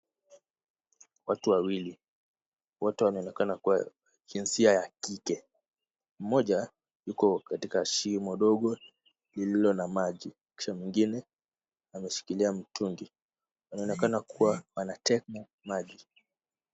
Watu wawili, wote wanaonekana kuwa jinsia ya kike. Mmoja yuko katika shimo ndogo lililo na maji, kisha mwingine ameshikilia mtungi. Wanaonekana kuwa wanateka maji.